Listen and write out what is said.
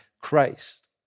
Christ